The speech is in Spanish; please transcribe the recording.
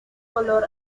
color